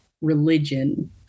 religion